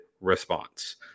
response